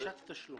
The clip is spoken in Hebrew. דרישת תשלום.